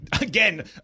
Again